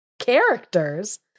characters